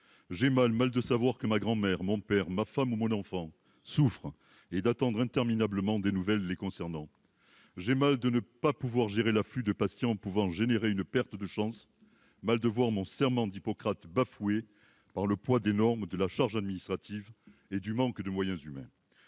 mal, mal de savoir que ma grand-mère mon père, ma femme ou mon enfant souffre et d'attendre interminablement des nouvelles les concernant, j'ai mal de ne pas pouvoir gérer l'afflux de patients pouvant générer une perte de chance mal de voir mon serment d'Hippocrate bafouée par le poids des normes de la charge administrative et du manque de moyens humains,